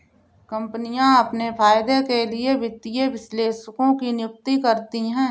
कम्पनियाँ अपने फायदे के लिए वित्तीय विश्लेषकों की नियुक्ति करती हैं